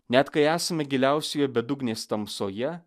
net kai esame giliausioje bedugnės tamsoje